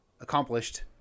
accomplished